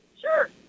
Sure